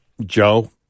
Joe